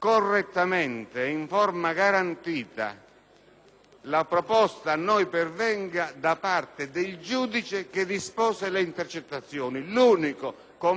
la proposta a noi pervenga da parte del giudice che dispose le intercettazioni, l'unico competente a valutare tutto